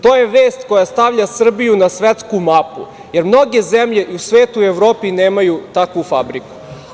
To je vest koja stavlja Srbiju na svetsku mapu, jer mnoge zemlje u svetu i u Evropi nemaju takvu fabriku.